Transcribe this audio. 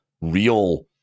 real